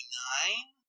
nine